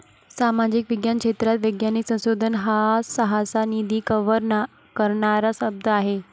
सामाजिक विज्ञान क्षेत्रात वैज्ञानिक संशोधन हा सहसा, निधी कव्हर करणारा शब्द आहे